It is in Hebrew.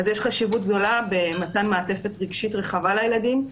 יש חשיבות גדולה במתן מעטפת רגשית רחבה לילדים.